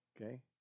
Okay